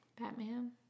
Batman